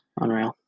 Unreal